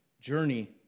journey